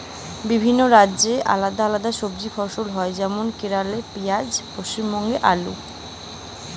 বিভিন্ন রাজ্যে আলদা আলদা সবজি ফসল হয় যেমন কেরালাই পিঁয়াজ, পশ্চিমবঙ্গে আলু